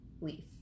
Leaf